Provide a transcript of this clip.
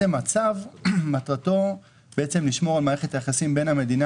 הצו מטרתו לשמור על מערכת היחסים בין המדינה